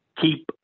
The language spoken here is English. keep